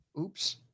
oops